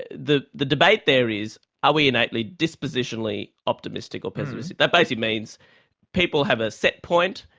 ah the the debate there is, are we innately dispositionally optimistic or pessimistic. that basically means people have a set point,